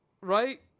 right